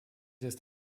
ist